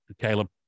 Caleb